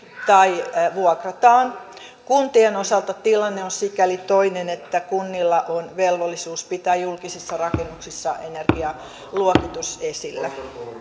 tai vuokrataan kuntien osalta tilanne on sikäli toinen että kunnilla on velvollisuus pitää julkisissa rakennuksissa energialuokitus esillä